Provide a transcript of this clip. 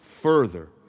further